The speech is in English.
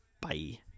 Bye